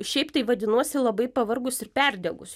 šiaip tai vadinuosi labai pavargus ir perdegus jau